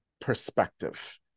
perspective